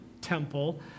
temple